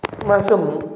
अस्माकं